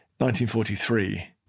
1943